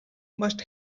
must